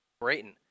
Brayton